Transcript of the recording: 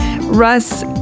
Russ